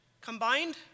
combined